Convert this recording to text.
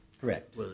Correct